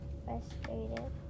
frustrated